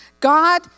God